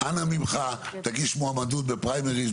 --- אנא ממך תגיש מועמדות בפריימריז.